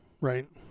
Right